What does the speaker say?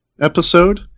episode